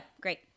great